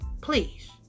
please